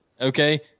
Okay